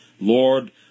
Lord